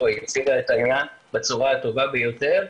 היא הציגה את העניין בצורה הטובה ביותר,